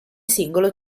singolo